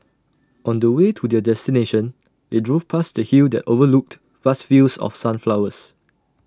on the way to their destination they drove past A hill that overlooked vast fields of sunflowers